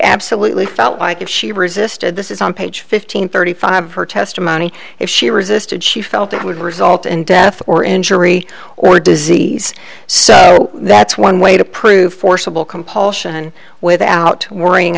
absolutely felt like if she resisted this is on page fifteen thirty five her testimony if she resisted she felt it would result in death or injury or disease so that's one way to prove forcible compulsion without worrying